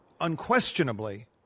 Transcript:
unquestionably